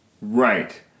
Right